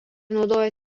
naudoja